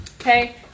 okay